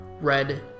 red